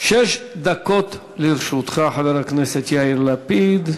שש דקות לרשותך, חבר הכנסת יאיר לפיד.